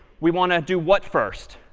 we want to do what first,